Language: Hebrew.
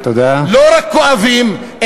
לא רק כואבים,